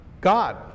God